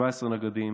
17 נגדים,